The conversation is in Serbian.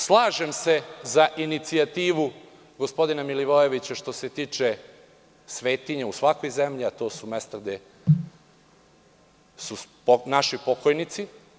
Slažem se za inicijativu gospodina Milivojevića, što se tiče svetinje u svakoj zemlji, a to su mesta gde su naši pokojnici.